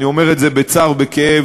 אני אומר את זה בצער ובכאב,